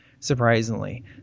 Surprisingly